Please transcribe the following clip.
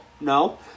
No